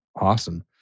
Awesome